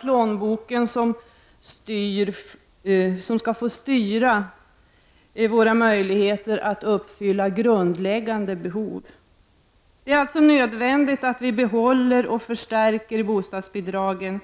Plånboken skall inte få styra våra möjligheter att uppfylla grundläggande behov. Det är alltså nödvändigt att vi behåller och förstärker bostadsbidragen